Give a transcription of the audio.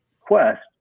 Quest